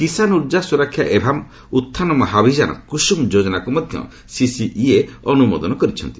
କିଷାନ ଉର୍ଜା ସ୍ୱରକ୍ଷା ଏଭାମ୍ ଉଡ୍ଚାନ୍ ମହାଅଭିଯାନ 'କୁଷୁମ୍' ଯୋଜନାକୁ ମଧ୍ୟ ସିସିଇଏ ଅନୁମୋଦନ କରିଛନ୍ତି